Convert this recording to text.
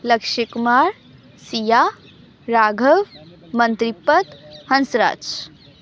Lakshay Kumar Siya Raghav Mantripat Hansraj